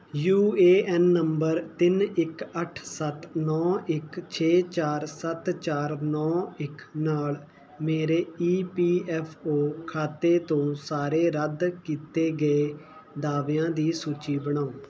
you A N ਨੰਬਰ ਤਿੰਨ ਇੱਕ ਅੱਠ ਸੱਤ ਨੌ ਇੱਕ ਛੇ ਚਾਰ ਸੱਤ ਚਾਰ ਨੌ ਇੱਕ ਨਾਲ ਮੇਰੇ ਈ ਪੀ ਐੱਫ ਓ ਖਾਤੇ ਤੋਂ ਸਾਰੇ ਰੱਦ ਕੀਤੇ ਗਏ ਦਾਅਵਿਆਂ ਦੀ ਸੂਚੀ ਬਣਾਓ